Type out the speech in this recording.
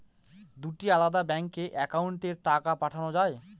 দুটি আলাদা ব্যাংকে অ্যাকাউন্টের টাকা পাঠানো য়ায়?